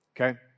Okay